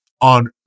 on